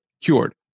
cured